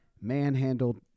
manhandled